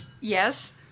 Yes